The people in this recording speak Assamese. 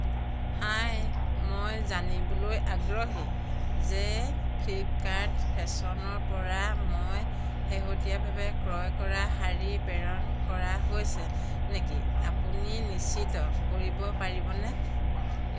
হাই মই জানিবলৈ আগ্ৰহী যে ফ্লিপকাৰ্ট ফেশ্বনৰপৰা মই শেহতীয়াভাৱে ক্ৰয় কৰা শাৰী প্ৰেৰণ কৰা হৈছে নেকি আপুনি নিশ্চিত কৰিব পাৰিবনে